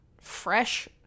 fresh